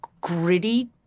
gritty